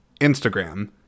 Instagram